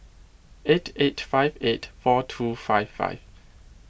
eight eight five eight four two five five